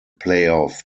playoff